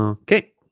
um okay